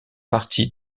partie